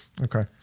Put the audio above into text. Okay